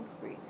free